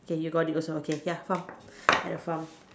ya you got it also okay ya farm at a farm